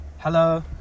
Hello